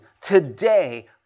today